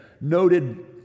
noted